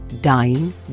dying